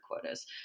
quotas